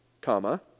comma